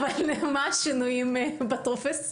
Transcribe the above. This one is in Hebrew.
אבל מה השינויים בטופס?